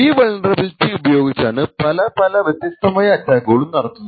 ഈ വാൾനറബിലിറ്റി ഉപയോഗിച്ചാണ് പല പല വ്യത്യസ്തമായ അറ്റാക്കുകളും നടത്തുന്നത്